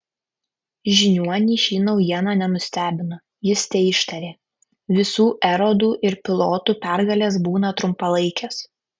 žiniuonį ši naujiena nenustebino jis teištarė visų erodų ir pilotų pergalės būna trumpalaikės